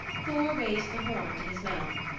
thor raised the horn to his mouth.